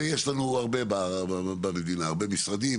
ואת זה יש לנו הרבה במדינה: הרבה משרדים,